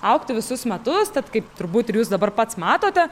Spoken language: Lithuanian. augti visus metus tad kaip turbūt ir jūs dabar pats matote